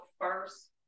first